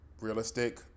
realistic